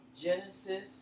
Genesis